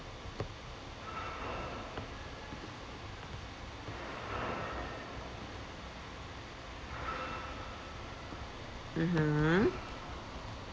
mmhmm